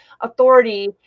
authority